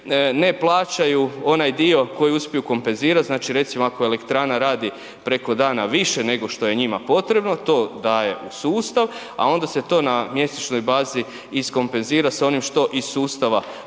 ne plaćaju onaj dio koji uspiju kompenzirati, znači recimo ako elektrana radi preko dana više nego što je njima potrebno to daje u sustav, a onda se to na mjesečnoj bazi izkompenzira s onim što iz sustava uzima